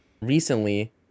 recently